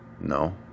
No